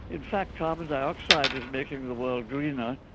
in fact carbon dioxide is making the world greener,